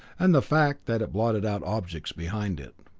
and the fact that it blotted out objects behind it.